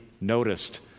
noticed